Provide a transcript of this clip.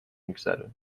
میگذرونیم